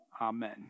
Amen